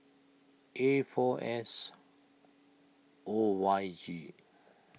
A four S O Y G